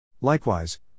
Likewise